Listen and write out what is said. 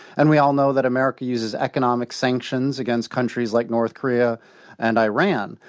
and we all know that america uses economic sanctions against countries like north korea and iran.